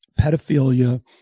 pedophilia